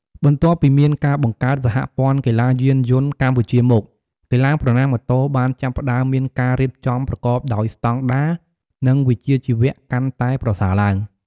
បន្ទាប់ពីមានការបង្កើត សហព័ន្ធកីឡាយានយន្តកម្ពុជាមក កីឡាប្រណាំងម៉ូតូបានចាប់ផ្តើមមានការរៀបចំប្រកបដោយស្តង់ដារ និងវិជ្ជាជីវៈកាន់តែប្រសើរឡើង។